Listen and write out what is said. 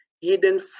hidden